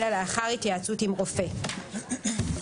אלא לאחר התייעצות עם רופא"; (ד)לעניין